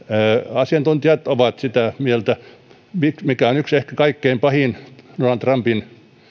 asiantuntijat ovat sitä mieltä yksi ehkä kaikkein pahin donald trumpin